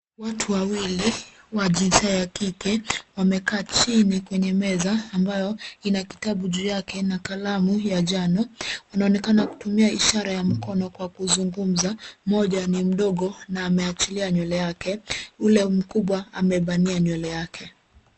Watu wawili, wa jinsia ya kike, wamekaa chini kwenye meza ambayo ina kitabu juu yake, na kalamu ya njano, wanaonekana kutumia ishara ya mkono kwa kuzngumza, mmoja ni mdogo, na ameachilia nywele yake, ule mkubwa, maebania nywele yake.